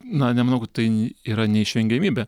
na nemanau tai yra neišvengiamybė